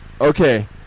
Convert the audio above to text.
Okay